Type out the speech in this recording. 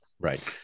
Right